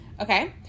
okay